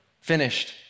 finished